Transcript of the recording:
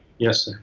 yes. ah